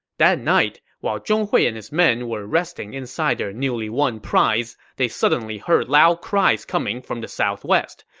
that night, while zhong hui and his men were resting inside their newly won prize, they suddenly heard loud cries coming from the southwest.